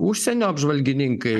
užsienio apžvalgininkai